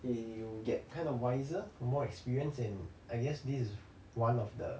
we'll get kind of wiser from more experience and I guess this is one of the